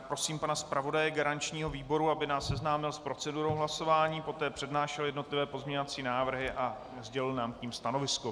Prosím pana zpravodaje garančního výboru, aby nás seznámil s procedurou hlasování, poté přednášel jednotlivé pozměňovací návrhy a sdělil nám k nim stanovisko.